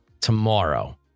tomorrow